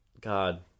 God